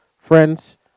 Friends